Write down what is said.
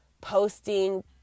posting